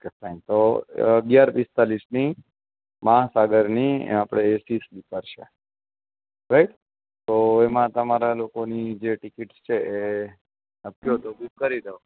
okay fine તો અગિયાર પિસ્તાલીસની મહાસાગરની આપડે એસી સ્લીપર છે રાઈટ તો એમાં તમારા લોકોની જે ટિકિટસ છે એ આપ કહો તો બૂક કરી દઉં